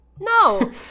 no